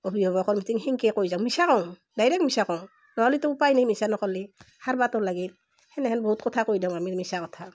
অভিভাৱকৰ মিটিং তেনেকে কৈ যাওঁ মিছা কওঁ ডাইৰেক্ট মিছা কওঁ নহ'লেটো উপায় নাই মিছা নকলি সাৰবাটো লাগেই তেনেহেন বহুত কথা কৈ দিওঁ আমি মিছা কথা